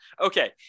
Okay